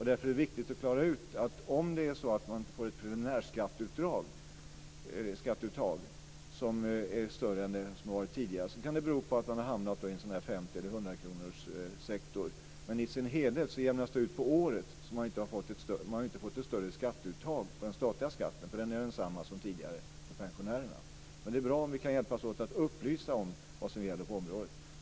Därför är det viktigt att klara ut att om man får preliminärskatteuttag som är större än det som varit tidigare kan det bero på att man hamnat i en sådan här 50 eller 100 kronorssektor. Men i sin helhet jämnas det ut under året. Man har inte fått ett större skatteuttag när det gäller den statliga skatten. Den är den samma som tidigare för pensionärerna. Det är bra om vi kan hjälpas åt att upplysa om vad som gäller på området.